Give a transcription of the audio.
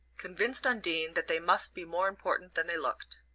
convinced undine that they must be more important than they looked.